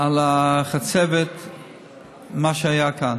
מה שהיה כאן.